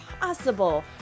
possible